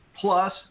plus